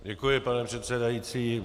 Děkuji, pane předsedající.